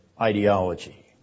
ideology